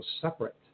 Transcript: separate